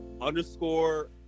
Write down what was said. underscore